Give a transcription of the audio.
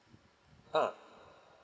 ah